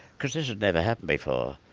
because this had never happened before,